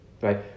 right